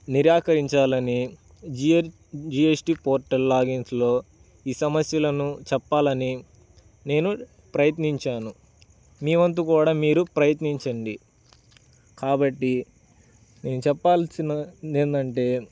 నిరాకరించాలని G S T portal లాగిన్స్లో ఈ సమస్యలను చెప్పాలని నేను ప్రయత్నించాను మీ వంతు కూడా మీరు ప్రయత్నించండి కాబట్టి నేను చెప్పాల్సింది ఏమిటి అంటే